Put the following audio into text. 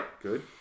Good